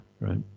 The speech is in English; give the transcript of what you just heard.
right